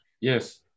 Yes